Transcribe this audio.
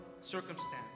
circumstance